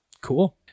Cool